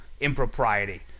impropriety